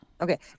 Okay